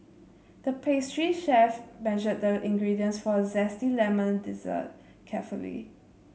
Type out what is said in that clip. the pastry chef measured the ingredients for a zesty lemon dessert carefully